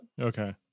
Okay